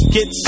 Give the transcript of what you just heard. Get